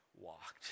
walked